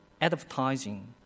advertising